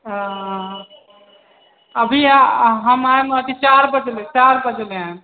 अभी हम आयब चारि बजलै चारि बजलै हन